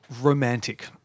romantic